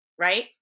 right